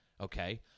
Okay